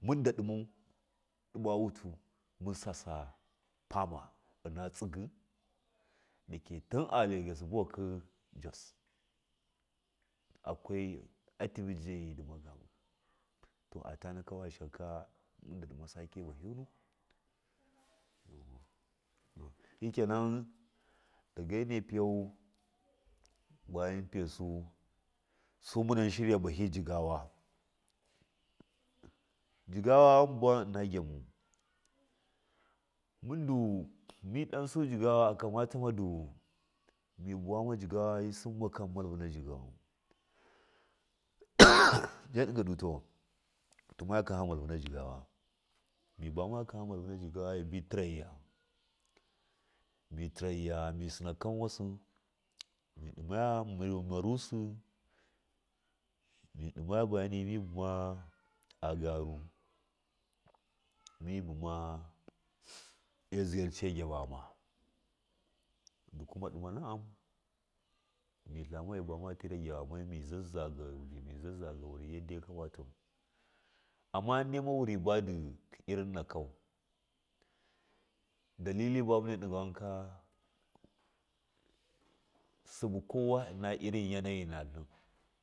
Mun daɗimau ɗima wuti musasa fama ina tsigi dake tun a lagos buwaki jas akwa a tivija ndima gava tin at ana shashaka munda ɗama sake bahi yunu ndundu shikena dagai mune fiya baya mu fiyasu sumana shirga bahi jigawa, jigawa mun bawan ina gyamun mundu mi ɗanju jigawa misɨn ma kan na malva na jigawai ja ɗiga ndu to timaken har malva ne jigawa mi bi tirega mi tiraiya misɨna kanwasi miɗima mi marusɨ mi ɗimaga bagani mi buma agaru mi buma a naya gyamama dalili bamune diga wanke sɨbi kowa ina irin yanayi nusɨ.